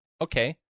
okay